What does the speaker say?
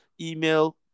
email